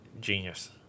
genius